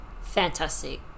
fantastic